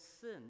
sin